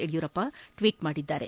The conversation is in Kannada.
ಯಡಿಯೂರಪ್ಪ ಟ್ವೀಟ್ ಮಾಡಿದ್ದಾರೆ